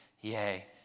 Yea